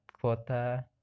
quota